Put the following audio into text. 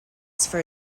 for